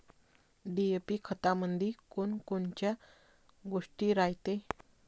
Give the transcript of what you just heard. DAP खतामंदी कोनकोनच्या गोष्टी रायते?